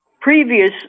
previous